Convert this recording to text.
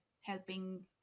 helping